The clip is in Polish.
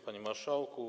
Panie Marszałku!